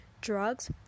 drugs